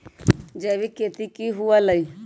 जैविक खेती की हुआ लाई?